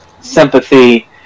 sympathy